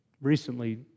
recently